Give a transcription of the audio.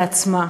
כשלעצמה.